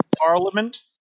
parliament